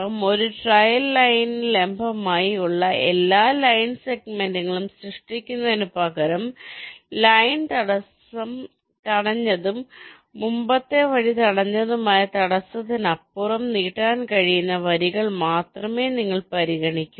അതിനാൽ ഒരു ട്രയൽ ലൈനിന് ലംബമായി ഉള്ള എല്ലാ ലൈൻ സെഗ്മെന്റുകളും സൃഷ്ടിക്കുന്നതിനുപകരം ലൈൻ തടഞ്ഞതും മുമ്പത്തെ വരി തടഞ്ഞതുമായ തടസ്സത്തിനപ്പുറം നീട്ടാൻ കഴിയുന്ന വരികൾ മാത്രമേ നിങ്ങൾ പരിഗണിക്കൂ